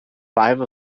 five